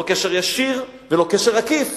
לא קשר ישיר ולא קשר עקיף,